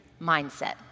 mindset